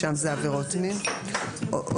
ימנה ועדה.